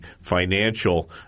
financial –